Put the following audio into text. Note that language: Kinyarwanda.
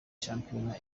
shampiona